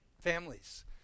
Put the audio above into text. families